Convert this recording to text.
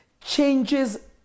changes